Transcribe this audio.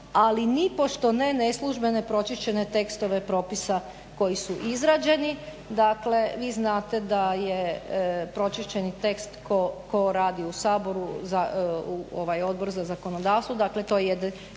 ali nipošto ne neslužbene pročišćene tekstove propisa koji su izrađeni, dakle vi znate da je pročišćeni tekst tko radi u Sabor, ovaj Odbor za zakonodavstvo dakle to je jedini